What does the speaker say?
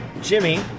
Jimmy